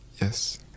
Yes